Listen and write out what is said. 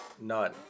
None